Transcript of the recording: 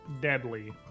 deadly